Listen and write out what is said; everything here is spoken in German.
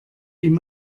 ihm